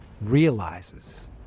realizes